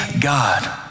God